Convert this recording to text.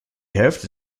hälfte